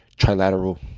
trilateral